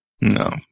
No